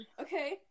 Okay